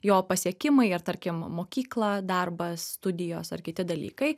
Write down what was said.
jo pasiekimai ar tarkim mokykla darbas studijos ar kiti dalykai